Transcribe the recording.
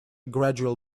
gradual